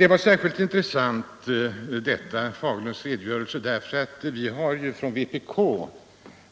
Herr Fagerlunds redogörelse var särskilt intressant därför att vi från vpk